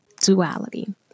duality